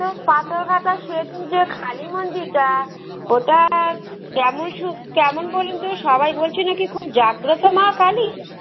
তো পাথরঘাটা শেষে যে কালী মন্দিরটা ওটা কেমন একটু কেমন বলুন তো সবাই বলছিল না কি খুব জাগ্রত মা কালী